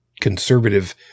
conservative